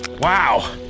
Wow